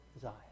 Zion